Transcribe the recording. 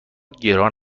گران